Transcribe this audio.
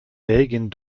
belgien